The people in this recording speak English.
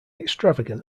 extravagant